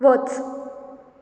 वच